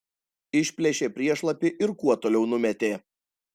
išplėšė priešlapį ir kuo toliau numetė